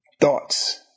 thoughts